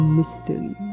mystery